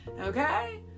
Okay